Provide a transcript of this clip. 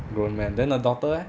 grown men then the daughter leh